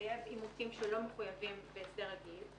אימותים שלא מחויבים בהסדר רגיל.